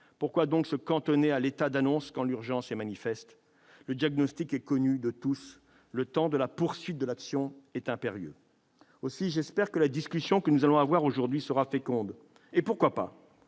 Pourquoi donc se cantonner aux annonces quand l'urgence est manifeste ? Le diagnostic est connu de tous. Le temps de la poursuite de l'action est venu ; c'est un besoin impérieux. Aussi j'espère que la discussion que nous allons avoir aujourd'hui sera féconde et, pourquoi pas,